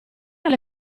alle